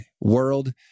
world